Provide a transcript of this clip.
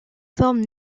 forme